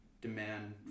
demand